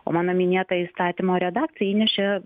o mano minėta įstatymo redakcija įnešė